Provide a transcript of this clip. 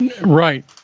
Right